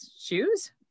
shoes